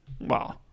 Wow